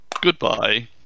goodbye